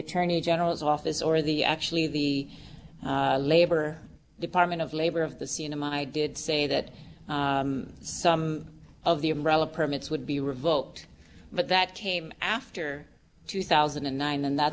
attorney general's office or the actually the labor department of labor of this you know i did say that some of the umbrella permits would be revoked but that came after two thousand and nine and that